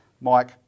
Mike